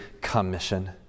commission